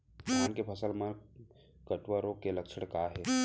धान के फसल मा कटुआ रोग के लक्षण का हे?